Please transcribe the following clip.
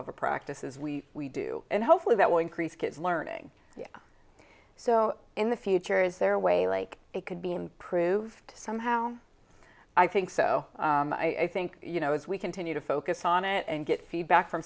of the practices we we do and hopefully that will increase kids learning so in the future is there a way like it could be improved somehow i think so i think you know as we continue to focus on it and get feedback from